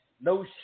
No